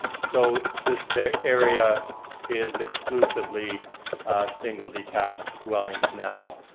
so this area is exclusively single detached dwellings now,